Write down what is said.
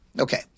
Okay